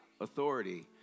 Authority